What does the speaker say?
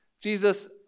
Jesus